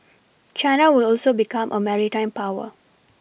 China will also become a maritime power